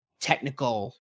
technical